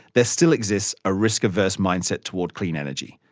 there still exists a risk-averse mindset toward clean energy,